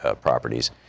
properties